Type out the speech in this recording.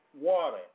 water